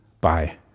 Bye